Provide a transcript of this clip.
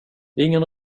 ingen